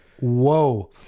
whoa